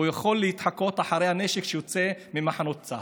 יכול להתחקות אחרי הנשק שיוצא ממחנות צה"ל,